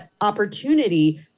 opportunity